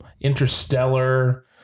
interstellar